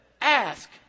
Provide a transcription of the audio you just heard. ask